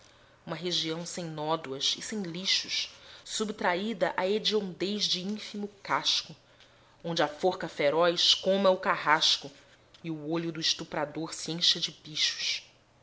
sem nódoas e sem lixos subtraída à hediondez de ínfimo casco onde a forca feroz coma o carrasco e o olho do estuprador se encha de bichos